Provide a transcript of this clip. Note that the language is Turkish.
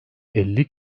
elli